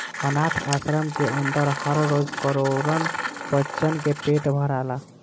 आनाथ आश्रम के अन्दर हर रोज करोड़न बच्चन के पेट भराला